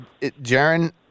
Jaron